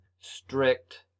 strict